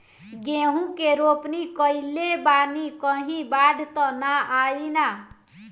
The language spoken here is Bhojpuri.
गेहूं के रोपनी कईले बानी कहीं बाढ़ त ना आई ना?